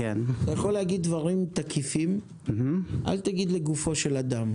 אתה יכול להגיד דברים תקיפים אבל אל תגיד לגופו של אדם.